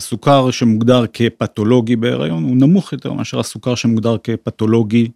הסוכר שמוגדר כפתולוגי בהיריון הוא נמוך יותר מאשר הסוכר שמוגדר כפתולוגי.